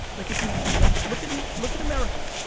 like if you, like, look at look at america.